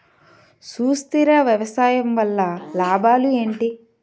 సుస్థిర వ్యవసాయం వల్ల లాభాలు ఏంటి?